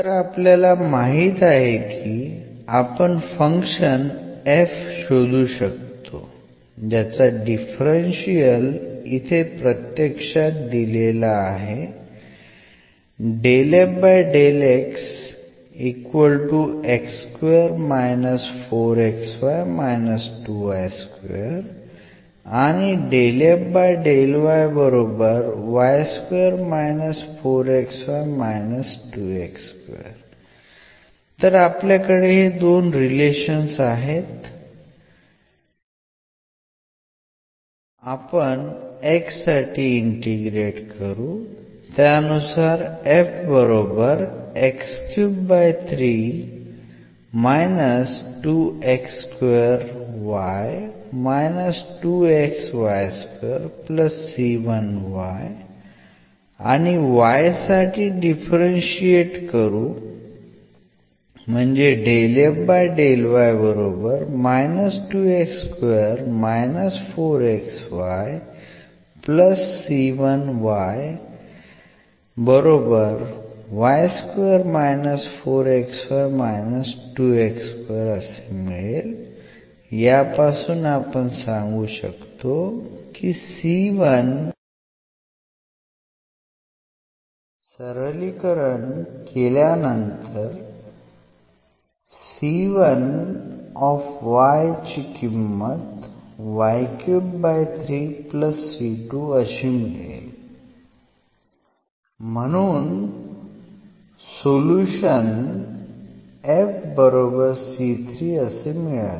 तर आपल्याला माहित आहे की आपण फंक्शन f शोधू शकतो ज्याचा डिफरन्शियल इथे प्रत्यक्षात दिलेला आहे तर आपल्याकडे हे दोन रिलेशन्स आहेत x साठी इंटिग्रेट करू साठी डिफरंशिएट करू म्हणून सोल्युशन मिळाले